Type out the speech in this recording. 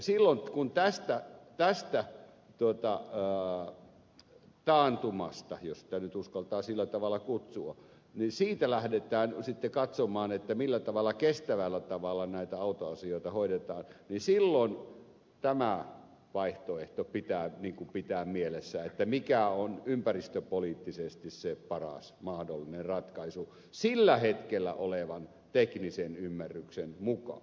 silloin kun tästä taantumasta jos sitä nyt uskaltaa sillä tavalla kutsua lähdetään katsomaan millä tavalla kestävällä tavalla näitä autoasioita hoidetaan niin silloin tämä vaihtoehto pitää pitää mielessä että mikä on ympäristöpoliittisesti se paras mahdollinen ratkaisu sillä hetkellä olevan teknisen ymmärryksen mukaan